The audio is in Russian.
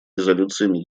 резолюциями